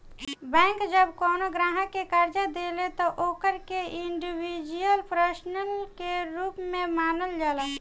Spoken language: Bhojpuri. बैंक जब कवनो ग्राहक के कर्जा देले त ओकरा के इंडिविजुअल पर्सन के रूप में मानल जाला